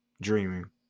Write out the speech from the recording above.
dreaming